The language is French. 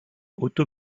otto